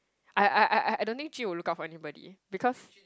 I I I I I don't think Jun-Yi will look out for anybody because